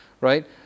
right